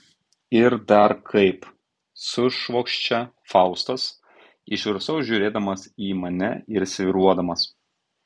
ir dar kaip sušvokščia faustas iš viršaus žiūrėdamas į mane ir svyruodamas